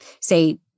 say